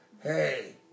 hey